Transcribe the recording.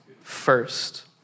first